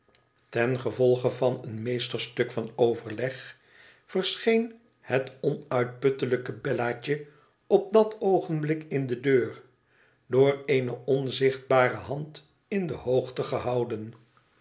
ten gevolge van een meesterstuk van overleg verscheen het onuitputtelijke belkatje op dat oogenblik in de deur door eene onzichtbare hand in de hoogte gehouden